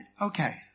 okay